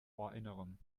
ohrinneren